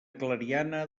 clariana